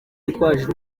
witwaje